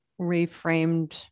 reframed